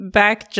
back